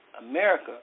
America